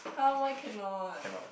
[huh] why cannot